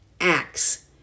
acts